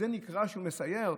זה נקרא שהוא מסייר?